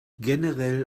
generell